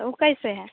तो वह कैसे है